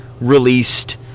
released